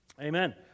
Amen